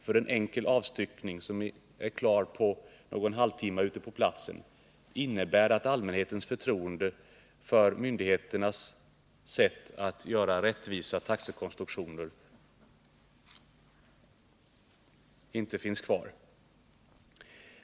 för en enkel avstyckning på platsen som är klar på någon halvtimme, innebär att allmänheten förlorar förtroendet för att myndigheten gör rättvisa taxesättningar.